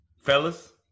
fellas